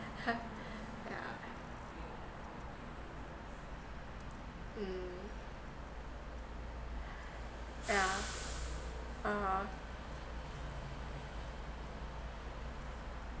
yeah mm yeah uh